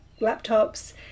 laptops